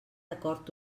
acord